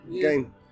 game